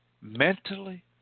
mentally